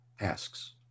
asks